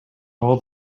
all